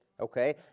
okay